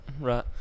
right